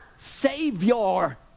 Savior